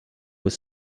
was